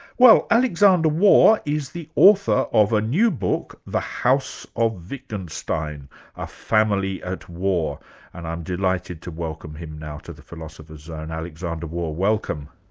well alexander waugh is the author of a new book, the house of wittgenstein a family at war and i'm delighted to welcome him now to the philosopher's zone. alexander waugh, welcome.